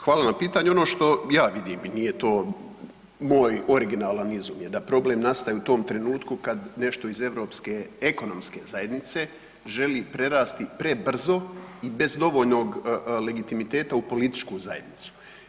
Hvala na pitanju, ono što ja vidim i nije to moj originalna izum je da problem nastaje u tom trenutku kad nešto iz europske ekonomske zajednice želi prerasti prebrzo i bez dovoljnog legitimiteta u političku zajednicu.